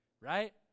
right